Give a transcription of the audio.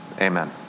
amen